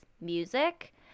music